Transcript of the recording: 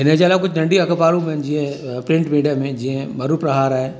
हिनजे अलावा कुझु नंढी अख़बारूं बि आहिनि जीअं प्रिंट मीडिया में जीअं मरू प्रहार आहे